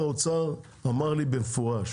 שר האוצר אמר לי במפורש